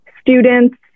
students